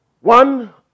one